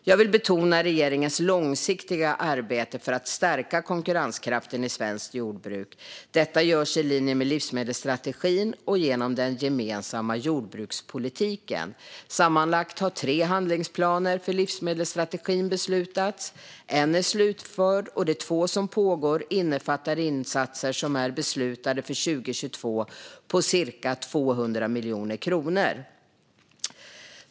Jag vill betona regeringens långsiktiga arbete för att stärka konkurrenskraften i svenskt jordbruk. Detta görs i linje med livsmedelsstrategin och genom den gemensamma jordbrukspolitiken. Sammanlagt har tre handlingsplaner för livsmedelsstrategin beslutats. En är slutförd, och de två som pågår innefattar insatser som är beslutade för 2022 på cirka 200 miljoner kronor.